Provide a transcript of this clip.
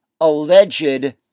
alleged